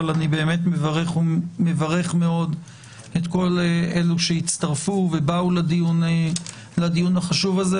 אבל אני באמת מברך מאוד את כל אלו שהצטרפו ובאו לדיון החשוב הזה.